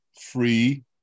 free